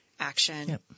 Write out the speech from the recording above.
action